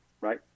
right